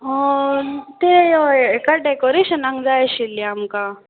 तें हेका डॅकोरेशनाक जाय आशिल्लीं आमकां